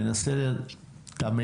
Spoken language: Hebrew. וננסה את המיטב.